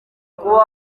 kuba